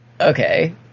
Okay